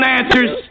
answers